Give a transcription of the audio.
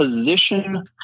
Position